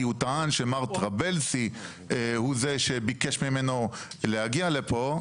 כי הוא טען שמר טרבלסי הוא זה שביקש ממנו להגיע לפה.